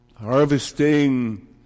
Harvesting